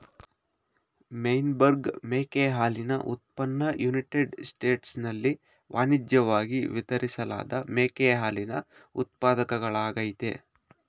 Meyenberg ಮೇಕೆ ಹಾಲಿನ ಉತ್ಪನ್ನ ಯುನೈಟೆಡ್ ಸ್ಟೇಟ್ಸ್ನಲ್ಲಿ ವಾಣಿಜ್ಯಿವಾಗಿ ವಿತರಿಸಲಾದ ಮೇಕೆ ಹಾಲಿನ ಉತ್ಪಾದಕಗಳಾಗಯ್ತೆ